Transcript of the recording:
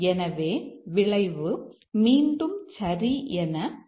எனவே விளைவு மீண்டும் சரி என அமையும்